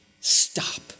stop